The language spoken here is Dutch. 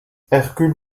hercule